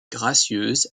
gracieuse